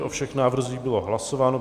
O všech návrzích bylo hlasováno.